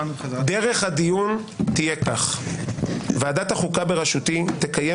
דרך הדיון תהיה כך: ועדת החוקה בראשותי תקיים